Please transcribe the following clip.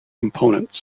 components